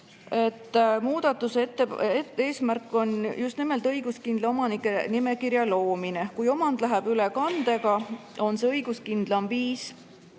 muudatuse eesmärk on just nimelt õiguskindla omanike nimekirja loomine. Kui omand läheb üle kandega, on see õiguskindlaim viis.